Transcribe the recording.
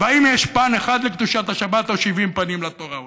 והאם יש פן אחד לקדושת השבת או שבעים פנים לתורה,